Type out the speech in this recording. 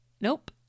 Nope